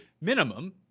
minimum